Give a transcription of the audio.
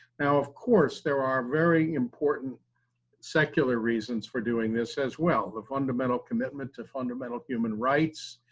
now of course, there are very important secular reasons for doing this as well, the fundamental commitment to fundamental human rights,